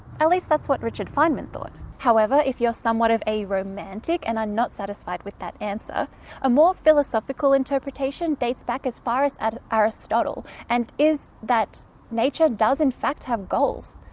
at least that's what richard feynman taught. however, if you're somewhat of a romantic and are not satisfied with that answer a more philosophical interpretation dates back as far as at aristotle and is that nature does in fact have goals.